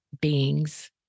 beings